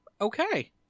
Okay